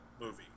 movie